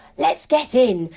let's get in.